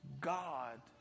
God